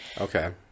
Okay